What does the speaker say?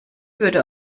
würde